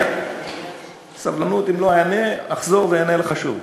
שנייה, סבלנות, אם לא אענה, אחזור ואענה לך שוב.